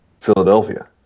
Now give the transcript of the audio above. Philadelphia